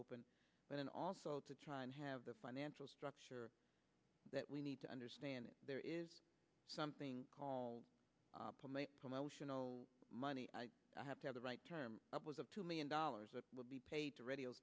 open but also to try and have the financial structure that we need to understand that there is something called promotional money i have to have the right term upwards of two million dollars that will be paid to radio